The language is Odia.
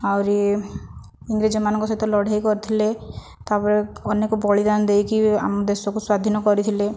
ଆହୁରି ଇଂରେଜମାନଙ୍କ ସହିତ ଲଢ଼େଇ କରିଥିଲେ ତାପରେ ଅନେକ ବଳିଦାନ ଦେଇକି ଆମ ଦେଶକୁ ସ୍ଵାଧୀନ କରିଥିଲେ